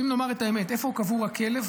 אם נאמר את האמת איפה קבור הכלב,